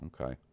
okay